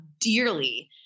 dearly